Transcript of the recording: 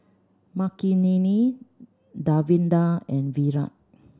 Makineni Davinder and Virat